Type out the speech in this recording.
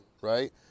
right